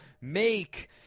make